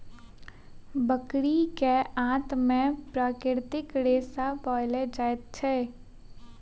बकरी के आंत में प्राकृतिक रेशा पाओल जाइत अछि